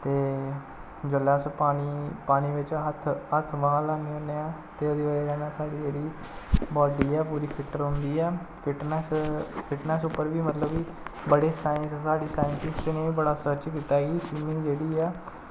ते जेल्लै अस पानी पानी बिच्च हत्थ बांह् ल्हाने होन्ने आं ते ओह्दी बजह् कन्नै साढ़ी जेह्ड़ी बाडी ऐ पूरी फिट्ट रौंह्दी ऐ फिटनेस फिटनेस उप्पर बी मतलब कि बड़ी साईंस साढ़ी साईंनटिस्ट ने बी बड़ा सर्च कीता कि स्विमिंग जेह्ड़ी ऐ